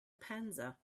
panza